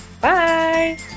bye